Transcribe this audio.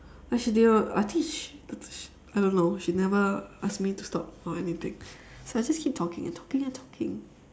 she didn't I think she I don't know she never ask me to stop or anything so I just keep talking and talking and talking